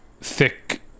thick